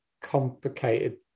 complicated